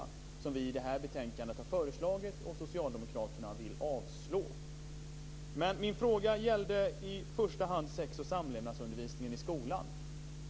Det har vi föreslagit i detta betänkande, och det vill socialdemokraterna avslå. Min fråga gäller i första hand sex och samlevnadsundervisningen i skolan.